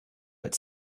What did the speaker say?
but